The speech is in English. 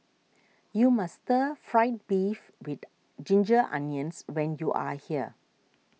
you must Stir Fried Beef with Ginger Onions when you are here